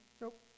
nope